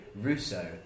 Russo